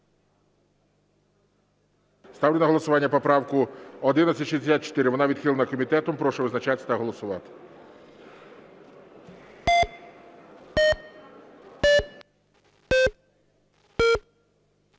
Ставлю на голосування поправку 1164. Вона відхилена комітетом. Прошу визначатись та голосувати.